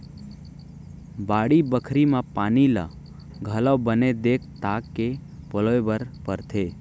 बाड़ी बखरी म पानी ल घलौ बने देख ताक के पलोय बर परथे